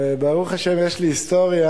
וברוך השם יש לי היסטוריה,